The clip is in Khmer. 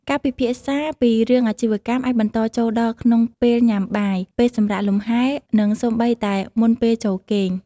ការពិភាក្សាពីរឿងអាជីវកម្មអាចបន្តចូលដល់ក្នុងពេលញ៉ាំបាយ ពេលសម្រាកលំហែ និងសូម្បីតែមុនពេលចូលគេង។